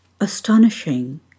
Astonishing